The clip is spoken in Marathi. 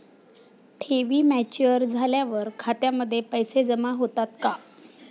ठेवी मॅच्युअर झाल्यावर खात्यामध्ये पैसे जमा होतात का?